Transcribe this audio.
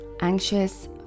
anxious